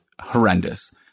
horrendous